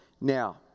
Now